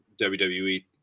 WWE